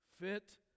fit